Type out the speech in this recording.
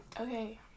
Okay